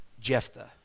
Jephthah